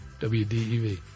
WDEV